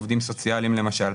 עובדים סוציאליים למשל,